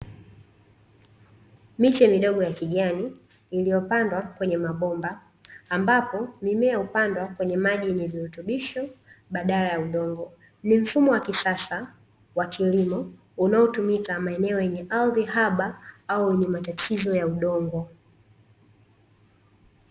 Miche midogo ya kijani iliyopandwa kwenye mabomba ambapo mimea hupandwa kwenye maji yenye virutubisho badala ya udongo, ni mfumo wa kisasa wa kilimo unaotumika maeneo yenye ardhi haba au wenye matatizo ya udongo.